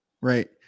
Right